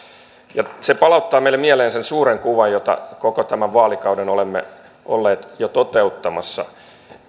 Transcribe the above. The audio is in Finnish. ja se palauttaa meille mieleen sen suuren kuvan jota koko tämän vaalikauden olemme olleet jo toteuttamassa